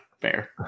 Fair